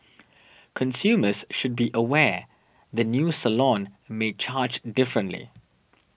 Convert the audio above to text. consumers should be aware the new salon may charge differently